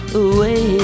away